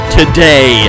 today